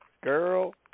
girl